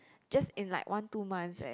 just in like one two months eh